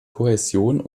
kohäsion